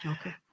Okay